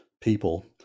people